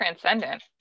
transcendent